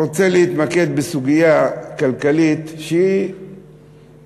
רוצה להתמקד בסוגיה כלכלית שתמיד,